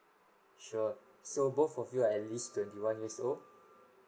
sure so both of you're at least twenty one years old